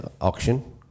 auction